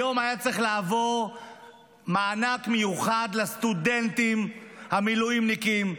היום היה צריך לעבוד מענק מיוחד לסטודנטים המילואימניקים.